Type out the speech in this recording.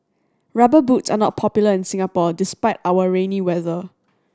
Rubber Boots are not popular in Singapore despite our rainy weather